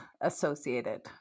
associated